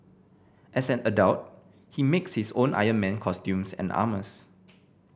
as an adult he makes his own Iron Man costumes and armours